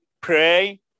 pray